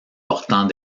portant